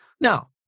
Now